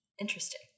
Interesting